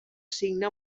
signe